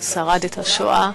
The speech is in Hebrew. את השואה,